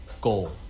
Goal